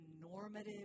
normative